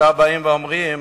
ועכשיו באים ואומרים: